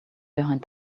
behind